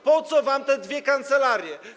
Po co wam te dwie kancelarie?